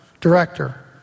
director